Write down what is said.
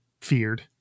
feared